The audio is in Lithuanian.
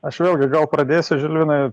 aš vėlgi gal pradėsiu žilvinai